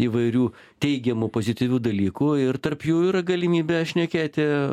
įvairių teigiamų pozityvių dalykų ir tarp jų yra galimybė šnekėti